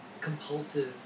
compulsive